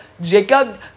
Jacob